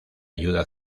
ayuda